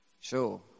Sure